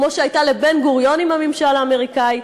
כמו שהייתה לבן-גוריון עם הממשל האמריקני,